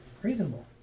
reasonable